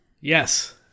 Yes